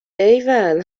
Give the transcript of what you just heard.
ایول